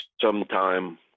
sometime